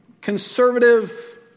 conservative